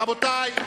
רבותי.